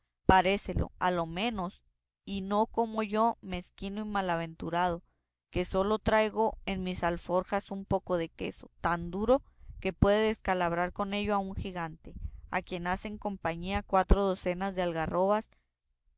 encantamento parécelo a lo menos y no como yo mezquino y malaventurado que sólo traigo en mis alforjas un poco de queso tan duro que pueden descalabrar con ello a un gigante a quien hacen compañía cuatro docenas de algarrobas